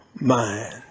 mind